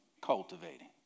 cultivating